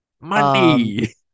Money